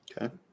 okay